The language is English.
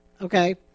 okay